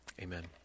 Amen